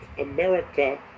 America